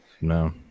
No